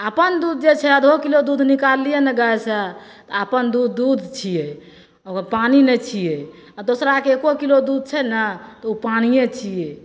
आ अपन दूध छियै अधो किलो निकाललियै ने गाय सऽ अपन दूध दूध छियै ओ पानि नहि छियै आ दोसराके एको किलो दूध छै ने ओ पानिये छियै